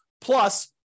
plus